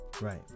Right